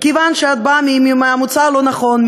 כיוון שאת באה מהמוצא הלא-נכון,